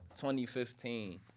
2015